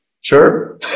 Sure